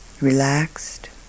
relaxed